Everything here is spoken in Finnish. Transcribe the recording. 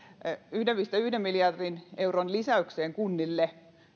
yhden pilkku yhden miljardin euron lisäyksessä kunnille